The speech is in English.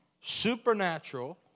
supernatural